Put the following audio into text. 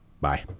Bye